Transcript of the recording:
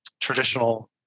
traditional